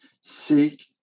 Seek